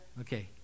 Okay